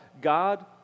God